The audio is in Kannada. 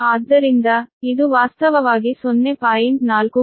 ಆದ್ದರಿಂದ ಇದು ವಾಸ್ತವವಾಗಿ 0